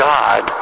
God